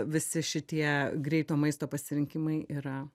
visi šitie greito maisto pasirinkimai yra